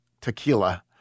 Tequila